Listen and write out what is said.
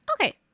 okay